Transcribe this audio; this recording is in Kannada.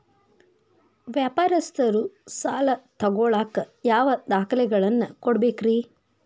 ವ್ಯಾಪಾರಸ್ಥರು ಸಾಲ ತಗೋಳಾಕ್ ಯಾವ ದಾಖಲೆಗಳನ್ನ ಕೊಡಬೇಕ್ರಿ?